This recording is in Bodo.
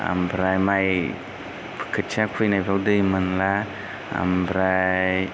आमफ्राय माइ खोथिया फोनायफ्राव दै मोनला आमफ्राय